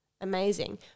amazing